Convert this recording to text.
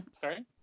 Sorry